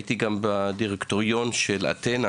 בנוסף, הייתי גם בישיבת דירקטוריון של אתנה,